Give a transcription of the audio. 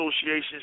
Association's